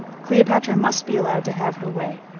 cleopatra must be allowed to have her way.